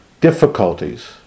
difficulties